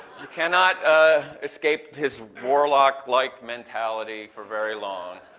you cannot ah escape his warlock like mentality for very long.